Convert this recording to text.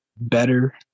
better